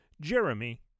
Jeremy